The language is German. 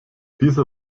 dieser